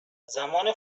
زمان